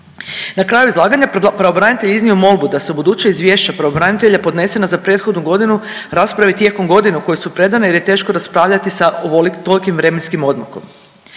Na kraju izlaganja pravobranitelj je iznio molbu da se ubuduće izvješće pravobranitelja podnesena za prethodnu godinu rasprave tijekom godine u kojoj su predana jer je teško raspravljati sa ovolikim, tolikim vremenskim odmakom.